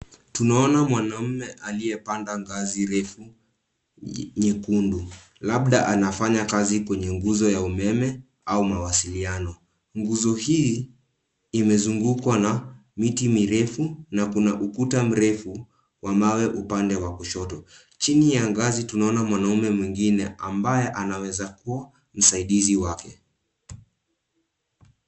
Tunaona mwanaume aliyepanda ngazi refu, nyekundu. Labda anafanya kazi kwenye nguzo ya umeme, au mawasiliano. Nguzo hii, imezungukwa na, miti mirefu, na kuna ukuta mrefu, wa mawe upande wa kushoto. Chini ya ngazi tunaona mwanaume mwingine, ambaye anaweza kuwa msaidizi wake.